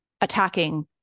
attacking